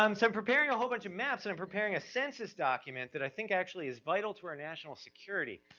um so i'm preparing a whole bunch of maps, and i'm preparing a census document, that i think actually is vital to our national security,